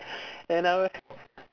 and I w~